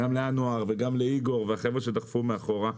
גם לאנואר וגם לאיגור והחבר'ה שדחפו מאחורה.